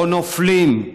לא נופלים,